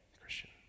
Christian